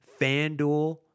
FanDuel